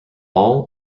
all